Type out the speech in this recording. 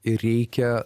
ir reikia